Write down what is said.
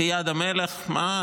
כיד המלך, מה?